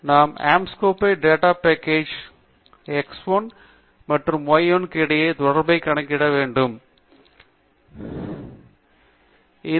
நாம் Anscombe data package ன் x 1 மற்றும் y 1 க்கு இடையேயான தொடர்பை கணக்கிட வேண்டும் என்று நாம் கூறலாம்